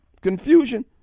confusion